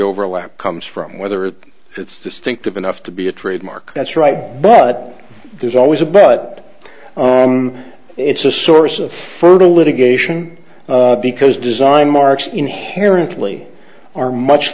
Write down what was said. overlap comes from whether it's distinctive enough to be a trademark that's right but there's always a but it's a source of further litigation because design marks inherently are much